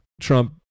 Trump